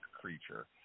creature